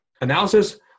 analysis